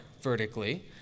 vertically